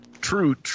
True